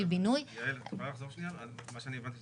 בינוי --- את יכולה לחזור על מה שאמרת?